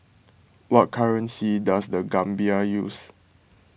what currency does the Gambia use